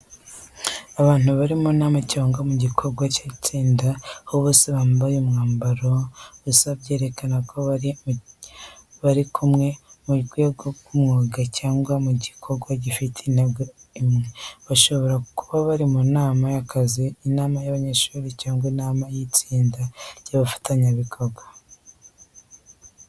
Abantu bari mu nama cyangwa mu gikorwa cy’itsinda, aho bose bambaye imyambaro isa byerekana ko bari kumwe mu rwego rw'umwuga cyangwa mu gikorwa gifite intego imwe. Bashobora kuba bari mu nama y’akazi, inama y’abanyeshuri, cyangwa inama y’itsinda ry’abafatanyabikorwa.